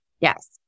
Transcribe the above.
Yes